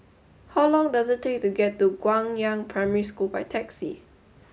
how long does it take to get to Guangyang Primary School by taxi